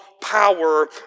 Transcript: power